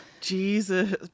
Jesus